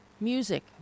music